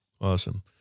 Awesome